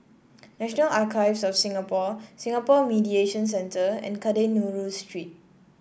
National Archives of Singapore Singapore Mediation Centre and Kadayanallur Street